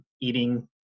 eating